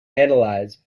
analyze